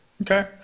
Okay